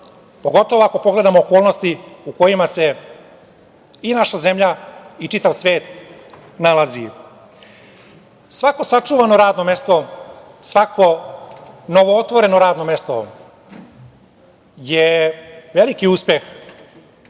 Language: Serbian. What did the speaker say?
pogotovo ako pogledamo okolnosti u kojima se i naša zemlja u čitav svet nalazi. Svako sačuvano radno mesto, svako novootvoreno radno mesto je veliki uspeh